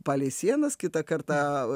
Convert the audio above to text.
palei sienas kitą kartą